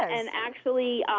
and actually,